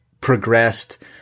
progressed